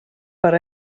per